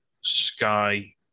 Sky